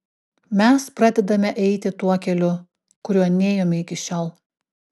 mes pradedame eiti tuo keliu kuriuo nėjome iki šiol